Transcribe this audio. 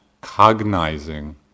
cognizing